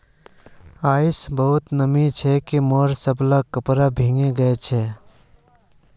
आइज बहुते नमी छै जे मोर सबला कपड़ा भींगे गेल छ